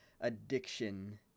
addiction